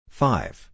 five